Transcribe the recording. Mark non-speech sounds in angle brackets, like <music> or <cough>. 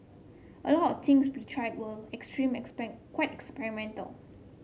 a lot of things we tried were extreme <unintelligible> quite experimental